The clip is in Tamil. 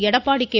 எடப்பாடி கே